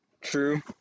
True